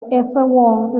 wong